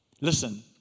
Listen